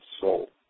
soul